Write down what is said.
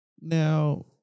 Now